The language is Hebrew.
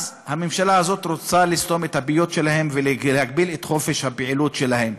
אז הממשלה הזאת רוצה לסתום את הפיות שלהן ולהגביל את חופש הפעילות שלהן.